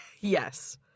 yes